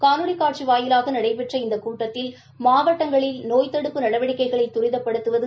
காணொலி காட்சி வாயிலாக நடைபெற்ற இந்த கூட்டத்தில் மாவட்டங்களில் நோய் தடுப்பு நடவடிக்கைகளை தரிதப்படுத்துவது